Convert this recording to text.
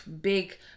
big